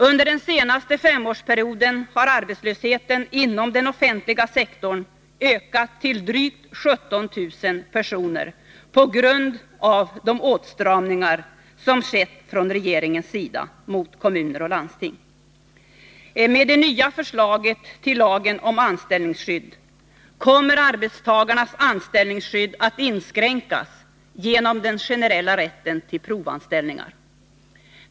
Under den senaste femårsperioden har arbetslösheten inom den offentliga sektorn ökat till drygt 17 000 personer på grund av de åtstramningar som har skett från regeringens sida mot kommuner och landsting. Med det nya förslaget till lag om anställningsskydd kommer arbetstagarnas anställningsskydd att inskränkas genom den generella rätten till provanställningar.